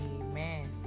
amen